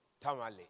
Tamale